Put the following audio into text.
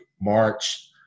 March